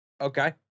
okay